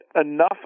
enough